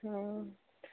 অঁ